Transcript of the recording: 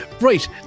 Right